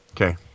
Okay